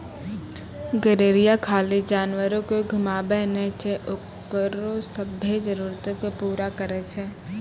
गरेरिया खाली जानवरो के घुमाबै नै छै ओकरो सभ्भे जरुरतो के पूरा करै छै